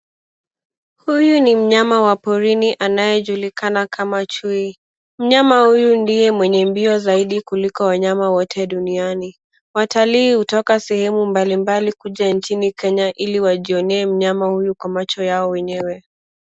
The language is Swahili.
Huyu ni mnyama wa porini anayejulikana kama chui. Mnyama huyu ndiye mwenye mbio zaidi kuliko wanyama wote duniani. Watalii hutoka sehemu mbalimbali kuja nchini Kenya ili wajionee mnyama huyu kwa macho yao wenyewe.